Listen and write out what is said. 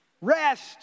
Rest